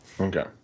okay